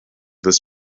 this